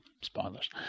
spoilers